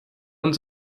und